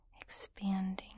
Expanding